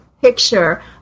picture